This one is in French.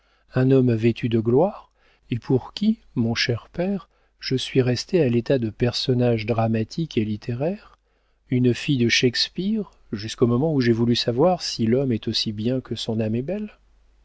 un homme vêtu de gloire et pour qui mon cher père je suis restée à l'état de personnage dramatique et littéraire une fille de shakspeare jusqu'au moment où j'ai voulu savoir si l'homme est aussi bien que son âme est belle